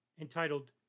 entitled